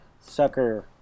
sucker